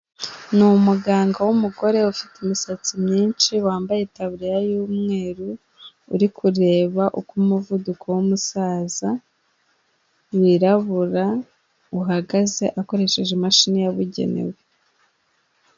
Ni umuganga w'umugore ufite imisatsi myinshi wambaye itaburiya y'umweru, uri kureba uko umuvuduko w'umusaza wirabura uhagaze akoresheje imashini yabugenewe.